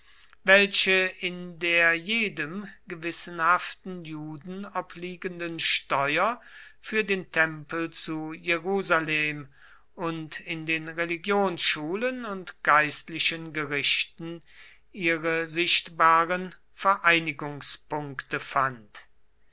welche in der jedem gewissenhaften juden obliegenden steuer für den tempel zu jerusalem und in den religionsschulen und geistlichen gerichten ihre sichtbaren vereinigungspunkte fand